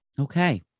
Okay